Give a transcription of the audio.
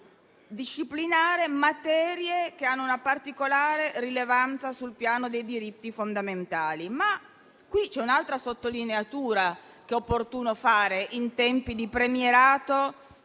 a disciplinare materie che hanno una particolare rilevanza sul piano dei diritti fondamentali. Qui c'è un'altra sottolineatura che è opportuno fare in tempi di premierato,